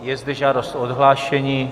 Je zde žádost o odhlášení.